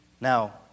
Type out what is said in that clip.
Now